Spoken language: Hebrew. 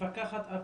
מפקחת ארצית.